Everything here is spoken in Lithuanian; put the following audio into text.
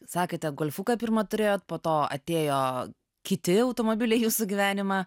sakėte golfuką pirma turėjot po to atėjo kiti automobiliai į jūsų gyvenimą